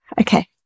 Okay